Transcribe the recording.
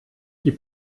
die